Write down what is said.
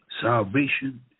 Salvation